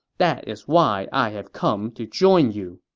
that is why i have come to join you.